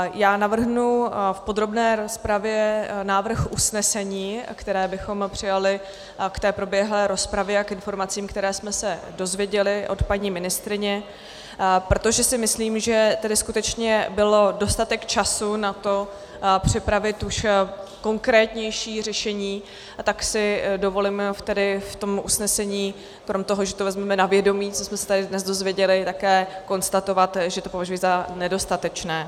Já navrhnu v podrobné rozpravě usnesení, které bychom přijali k té proběhlé rozpravě a k informacím, které jsme se dozvěděli od paní ministryně, protože si myslím, že tedy skutečně byl dostatek času na to připravit už konkrétnější řešení, a tak si dovolím tedy v tom usnesení kromě toho, že vezmeme na vědomí to, co jsme se tady dnes dozvěděli, také konstatovat, že to považuji za nedostatečné.